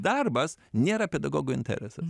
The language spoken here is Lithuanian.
darbas nėra pedagogo interesai